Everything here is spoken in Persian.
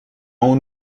اون